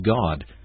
God